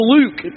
Luke